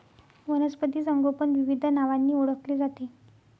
वनस्पती संगोपन विविध नावांनी ओळखले जाते